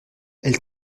elle